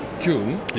june